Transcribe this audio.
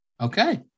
Okay